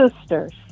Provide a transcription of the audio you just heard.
sisters